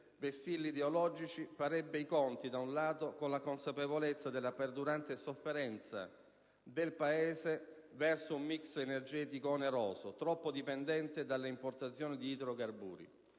vessilli ideologici farebbe i conti, da un lato, con la consapevolezza della perdurante sofferenza del Paese verso un *mix* energetico oneroso, troppo dipendente dall'importazione di idrocarburi,